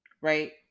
right